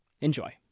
Enjoy